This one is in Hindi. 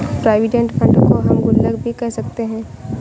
प्रोविडेंट फंड को हम गुल्लक भी कह सकते हैं